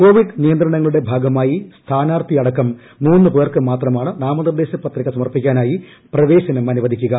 Covid നിയന്ത്രണങ്ങളുടെ ഭാഗമായി സ്ഥാനാർഥി അടക്കം മൂന്നു പേർക്ക് മാത്രമാണ് നാമനിർദേശ പത്രിക സമർപ്പിക്കാനായി പ്രവേശനം അനുവദിക്കുക